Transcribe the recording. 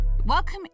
Welcome